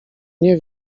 nie